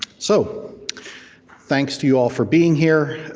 so thanks to you all for being here.